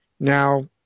Now